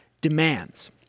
demands